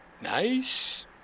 Nice